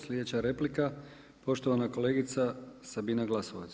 Sljedeća replika poštovana kolegica Sabina Glasovac.